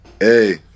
Hey